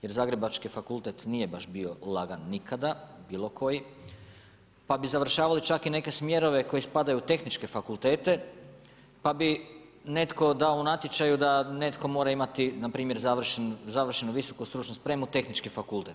Jer zagrebački fakultet nije baš bio lagan nikada, bilo koji, pa bi završavali čak i neke smjerove, koji spadaju u tehničke fakultete, pa bi netko dao u natječaju, da netko mora imati npr. završenu visoku stručnu spremu, tehnički fakultet.